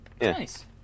nice